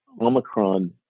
Omicron